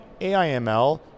AIML